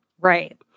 Right